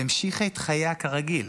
והמשיכה את חייה כרגיל,